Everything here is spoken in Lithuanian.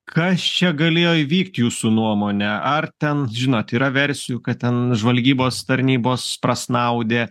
kas čia galėjo įvykt jūsų nuomone ar ten žinot yra versijų kad ten žvalgybos tarnybos prasnaudė